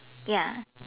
ya